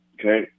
okay